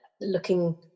looking